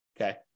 Okay